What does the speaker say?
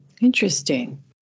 Interesting